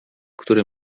który